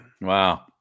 Wow